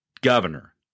governor